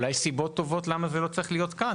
אז אולי יש סיבות טובות למה זה לא צריך להיות כאן.